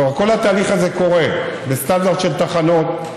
כבר כל התהליך הזה קורה, בסטנדרט של תחנות,